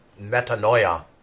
metanoia